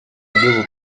bukwiye